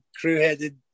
crew-headed